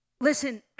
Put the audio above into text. listen